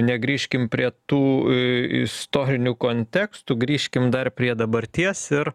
negrįžkim prie tų i istorinių kontekstų grįžkim dar prie dabarties ir